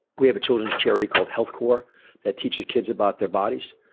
we have a children's charity called health corps that teaches kids about their bodies,